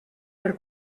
per